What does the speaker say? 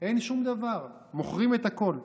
אין שום דבר, מוכרים את הכול.